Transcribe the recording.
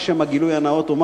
לשם הגילוי הנאות אומר